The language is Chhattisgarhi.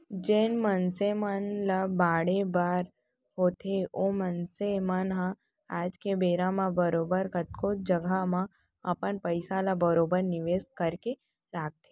जेन मनसे मन ल बाढ़े बर होथे ओ मनसे मन ह आज के बेरा म बरोबर कतको जघा म अपन पइसा ल बरोबर निवेस करके राखथें